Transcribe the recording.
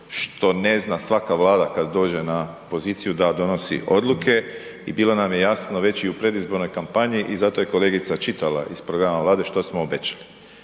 što ne zna svaka vlada kad dođe na poziciju da donosi odluke i bilo nam je jasno već u i predizbornoj kampanji i zato je kolegica čitala iz programa Vlade što smo obećali.